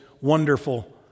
Wonderful